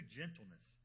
gentleness